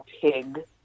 pig